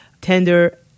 tender